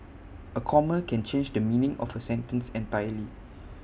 A comma can change the meaning of A sentence entirely